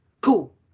Cool